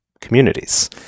communities